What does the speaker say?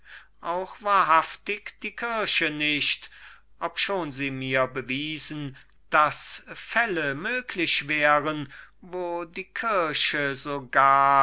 auch wahrhaftig die kirche nicht obschon sie mir bewiesen daß fälle möglich wären wo die kirche sogar